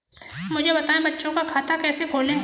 मुझे बताएँ बच्चों का खाता कैसे खोलें?